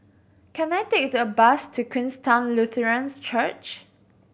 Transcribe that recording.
can I take the bus to Queenstown Lutheran Church